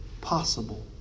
possible